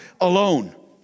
alone